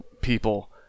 people